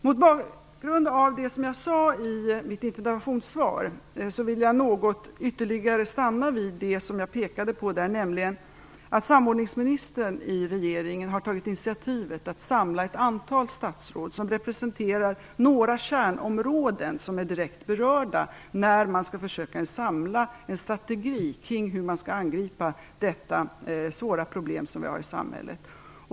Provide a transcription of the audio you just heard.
Mot bakgrund av det som jag sade i mitt interpellationssvar vill jag något ytterligare uppehålla mig vid det som jag där pekade på, nämligen att regeringens samordningsminister har tagit initiativet att samla ett antal statsråd som representerar några kärnområden som direkt berörs när man skall försöka skapa en strategi för hur man skall angripa detta svåra problem i samhället.